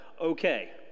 Okay